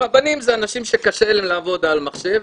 רבנים אלה אנשים שקשה להם לעבוד על מחשב,